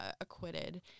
acquitted